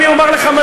לחיקוי עבורם.